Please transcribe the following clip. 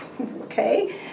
okay